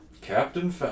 Captain